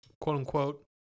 quote-unquote